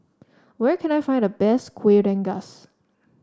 where can I find the best Kuih Rengas